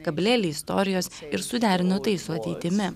gabalėlį istorijos ir suderino tai su ateitimi